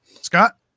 Scott